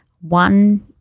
one